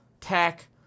tech